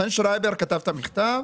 חן שרייבר כתב את המכתב